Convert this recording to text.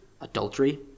adultery